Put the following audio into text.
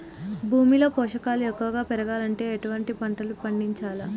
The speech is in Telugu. భూమిలో పోషకాలు ఎక్కువగా పెరగాలంటే ఎటువంటి పంటలు పండించాలే?